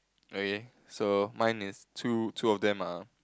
okay so mine is two two of them are